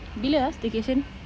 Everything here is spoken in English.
bila ah staycation